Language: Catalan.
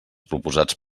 proposats